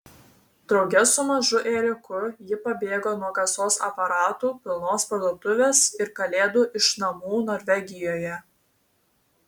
drauge su mažu ėriuku ji pabėgo nuo kasos aparatų pilnos parduotuvės ir kalėdų iš namų norvegijoje